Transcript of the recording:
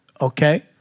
Okay